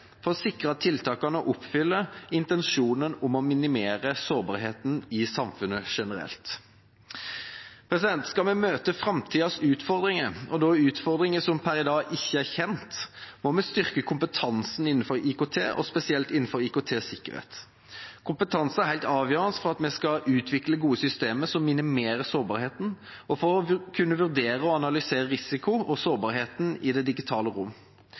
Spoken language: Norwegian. for å sikre at tiltakene oppfyller intensjonen om å minimere sårbarheten i samfunnet generelt. Skal vi møte framtidas utfordringer – og da utfordringer som per i dag ikke er kjent – må vi styrke kompetansen innenfor IKT og spesielt innenfor IKT-sikkerhet. Kompetanse er helt avgjørende for at vi skal kunne utvikle gode systemer som minimerer sårbarheten, og for å kunne vurdere og analysere risiko og sårbarheten i det digitale rom.